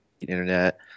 internet